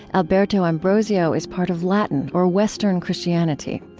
alberto ambrosio is part of latin or western christianity.